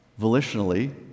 volitionally